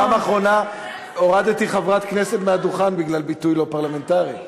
אני בפעם האחרונה הורדתי חברת כנסת מהדוכן בגלל ביטוי לא פרלמנטרי.